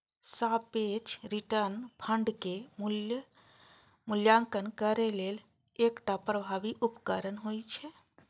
सापेक्ष रिटर्न फंडक मूल्यांकन करै लेल एकटा प्रभावी उपकरण होइ छै